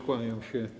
Kłaniam się.